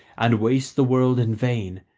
and waste the world in vain,